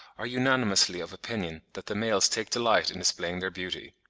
are unanimously of opinion that the males take delight in displaying their beauty.